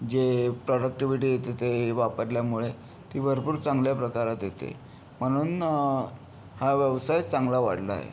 जे प्रॉडक्टिव्हिटी येते ते वापरल्यामुळे ती भरपूर चांगल्या प्रकारात येते म्हणून हा व्यवसाय चांगला वाढला आहे